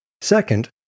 Second